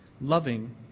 loving